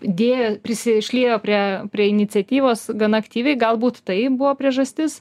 dėjo prisišliejo prie prie iniciatyvos gan aktyviai galbūt tai buvo priežastis